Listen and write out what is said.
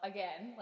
Again